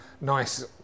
nice